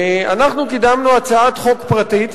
באמצע הלילה,